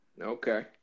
Okay